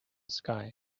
sky